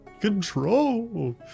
Control